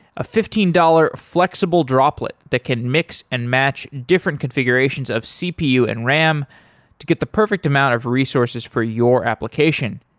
a fifteen dollars flexible droplet that can mix and match different configurations of cpu and ram to get the perfect amount of resources for your application.